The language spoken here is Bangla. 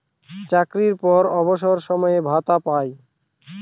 চাকরির পর অবসর সময়ে ভাতা পায়